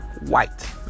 white